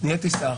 נהייתי שר,